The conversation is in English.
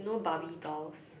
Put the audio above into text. you know barbie dolls